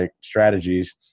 strategies